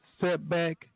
Setback